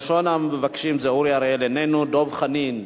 ראשון המבקשים, אורי אריאל, איננו, דב חנין,